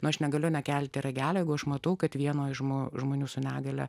aš negaliu nekelti ragelio jeigu aš matau kad vienoje žmo žmonių su negalia